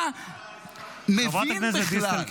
אתה מבין בכלל ----- חברת הכנסת דיסטל,